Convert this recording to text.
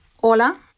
Hola